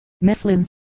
Mifflin